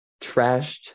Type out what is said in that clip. trashed